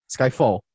Skyfall